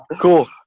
cool